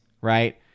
right